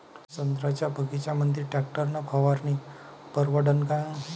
संत्र्याच्या बगीच्यामंदी टॅक्टर न फवारनी परवडन का?